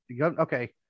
okay